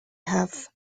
have